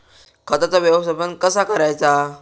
खताचा व्यवस्थापन कसा करायचा?